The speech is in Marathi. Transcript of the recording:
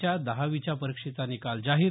च्या दहावीच्या परीक्षेचा निकाल जाहीर